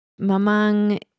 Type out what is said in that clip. Mamang